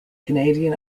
canadian